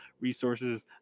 resources